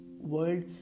world